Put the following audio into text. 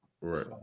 right